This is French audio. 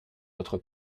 notre